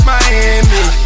Miami